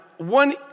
One